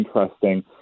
interesting